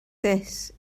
this